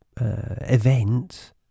event